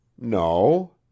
No